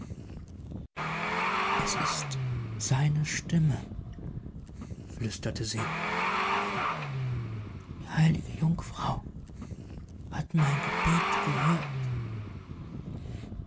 es ist seine stimme flüsterte sie die heilige jungfrau hat mein gebet erhört